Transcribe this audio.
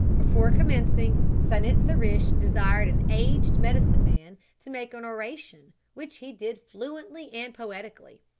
before commencing, san-it-sa-rish desired an aged medicine-man to make an oration, which he did fluently and poetically.